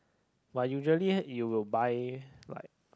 but usually you will buy like